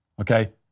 okay